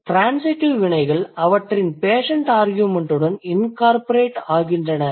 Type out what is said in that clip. transitive வினைகள் அவற்றின் patient argument உடன் incorporate ஆகின்றன